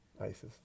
Isis